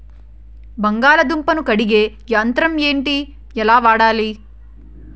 బంగాళదుంప ను కడిగే యంత్రం ఏంటి? ఎలా వాడాలి?